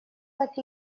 так